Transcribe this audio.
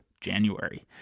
January